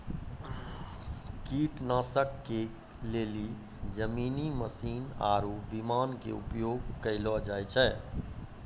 कीटनाशक के लेली जमीनी मशीन आरु विमान के उपयोग कयलो जाय छै